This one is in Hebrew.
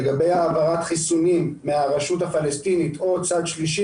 לגבי העברת חיסונים מהרשות הפלסטינית או צד שלישי